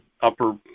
upper